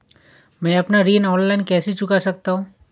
मैं अपना ऋण ऑनलाइन कैसे चुका सकता हूँ?